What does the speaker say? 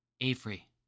Avery